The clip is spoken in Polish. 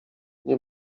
nie